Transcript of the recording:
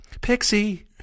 Pixie